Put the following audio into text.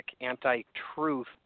anti-truth